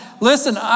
listen